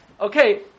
okay